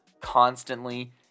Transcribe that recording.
constantly